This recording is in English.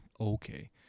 okay